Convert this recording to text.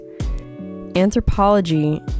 anthropology